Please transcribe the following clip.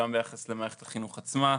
גם ביחס למערכת החינוך עצמה,